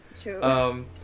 true